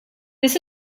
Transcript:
this